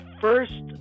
first